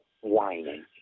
whining